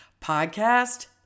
podcast